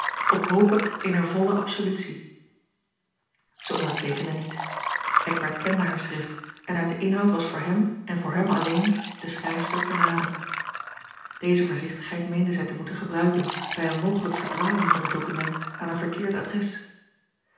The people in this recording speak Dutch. op hope eener volle absolutie zij onderteekende niet eckbert kende haar schrift en uit den inhoud was voor hem en voor hem alleen de schrijfster te raden deze voorzichtigheid meende zij te moeten gebruiken bij een mogelijk verdwalen van het document aan een verkeerd adres